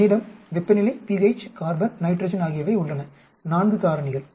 என்னிடம் வெப்பநிலை pH carbon nitrogen ஆகியவை உள்ளன 4 காரணிகள்